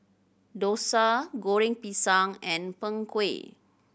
dosa Goreng Pisang and Png Kueh